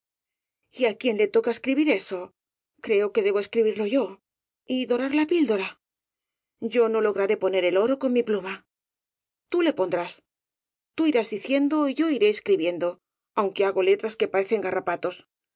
á quién le toca escribir eso creo que debo esciibiilo yo y dorar la píldora yo no lograré poner el oro con mi pluma tú le pondrás tú irás diciendo y yo iré escribiendo aunque hago letras que parecen garrapatos